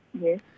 Yes